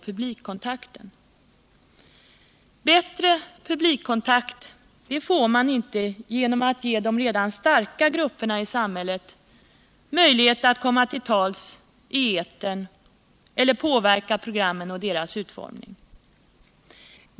Man får inte bättre publikkontakt genom att ge de redan starka grupperna i samhället möjlighet att komma till tals i etern eller påverka programmen och deras utformning.